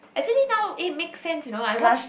actually now eh make sense you know I watch